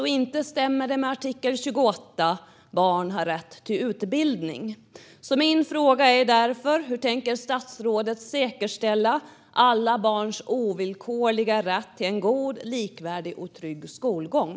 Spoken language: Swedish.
Det stämmer inte heller med artikel 28: Barn har rätt till utbildning. Min fråga är därför: Hur tänker statsrådet säkerställa alla barns ovillkorliga rätt till en god, likvärdig och trygg skolgång?